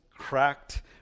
cracked